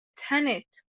تنت